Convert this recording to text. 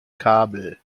kabel